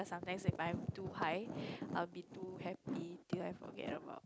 sometimes when I am too high I will be too happy till I forget about